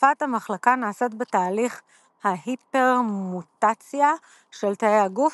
החלפת המחלקה נעשית בתהליך ההיפרמוטציה של תאי הגוף,